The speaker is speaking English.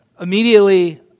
Immediately